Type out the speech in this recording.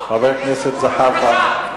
חבר הכנסת זחאלקה,